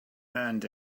earned